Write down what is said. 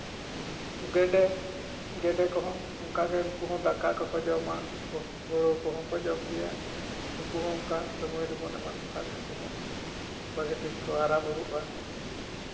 ᱜᱮᱰᱮ ᱜᱮᱰᱮ ᱠᱚᱦᱚᱸ ᱚᱱᱠᱟᱜᱮ ᱱᱩᱠᱩ ᱦᱚᱸ ᱫᱟᱠᱟ ᱠᱚᱠᱚ ᱡᱚᱢᱟ ᱦᱩᱲᱩ ᱠᱚᱦᱚᱸ ᱠᱚ ᱡᱚᱢ ᱜᱮᱭᱟ ᱱᱩᱠᱩ ᱦᱚᱸ ᱚᱝᱠᱟ ᱥᱚᱢᱚᱭ ᱨᱮᱵᱚᱱ ᱮᱢᱟ ᱠᱚᱠᱷᱟᱱ ᱱᱩᱠᱩ ᱦᱚᱸ ᱵᱷᱟᱹᱜᱤ ᱴᱷᱤᱠ ᱠᱚ ᱦᱟᱨᱟᱼᱵᱩᱨᱩᱜᱼᱟ